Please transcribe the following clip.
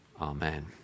Amen